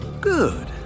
Good